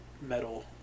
metal